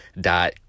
dot